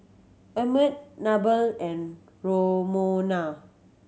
Emmett Mabel and Romona